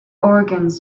organs